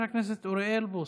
חבר הכנסת אוריאל בוסו.